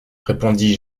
répondis